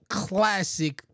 classic